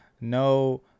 No